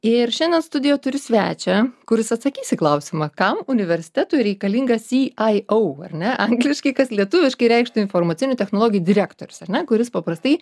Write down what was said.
ir šiandien studijo turi svečią kuris atsakys į klausimą kam universitetui reikalingas y ai au ar ne angliškai kas lietuviškai reikštų informacinių technologijų direktorius ar ne kuris paprastai